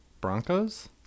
Broncos